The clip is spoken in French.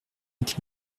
est